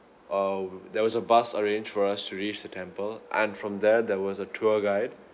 err there was a bus arranged for us to reach the temple and from there there was a tour guide